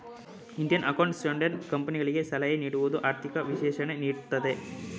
Indian accounting standard ಕಂಪನಿಗಳಿಗೆ ಸಲಹೆ ನೀಡುವುದು, ಆರ್ಥಿಕ ವಿಶ್ಲೇಷಣೆ ನೀಡುತ್ತದೆ